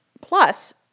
plus